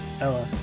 Ella